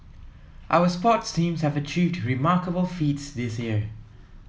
our sports teams have achieved remarkable feats this year